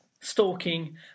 stalking